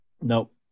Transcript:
Nope